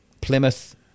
Plymouth